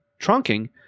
trunking